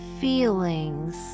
Feelings